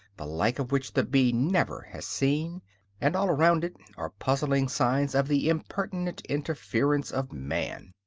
the like of which the bee never has seen and all around it are puzzling signs of the impertinent interference of man.